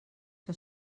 que